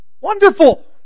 Wonderful